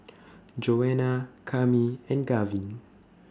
Joanna Cami and Gavin